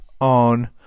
on